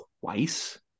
twice